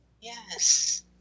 Yes